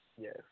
yes